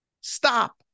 stop